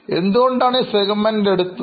എന്തുകൊണ്ടാണ് ഈ സെഗ്മെന്റ് എടുത്തത്